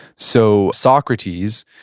so, socrates,